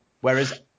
Whereas